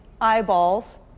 eyeballs